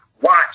watch